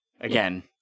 Again